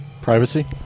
Privacy